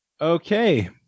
okay